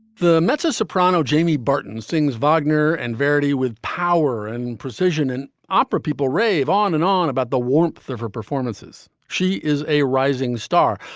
the mezzo soprano jamie barton sings bogner and verdi with power and precision in opera, people rave on and on about the warmth of her performances. she is a rising star,